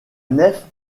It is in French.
nef